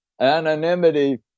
anonymity